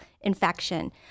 infection